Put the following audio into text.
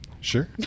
Sure